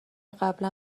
قبلا